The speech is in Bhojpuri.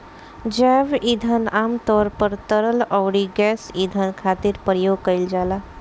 जैव ईंधन आमतौर पर तरल अउरी गैस ईंधन खातिर प्रयोग कईल जाला